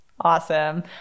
Awesome